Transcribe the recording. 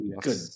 Good